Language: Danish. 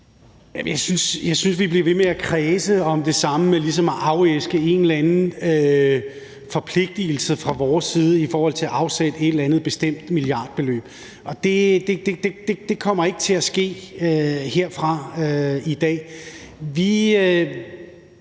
Jeg synes, vi bliver ved med at kredse om det samme; at man ligesom vil afæske os en eller anden forpligtigelse fra vores side til at afsætte et eller andet bestemt milliardbeløb. Det kommer ikke til at ske herfra i dag.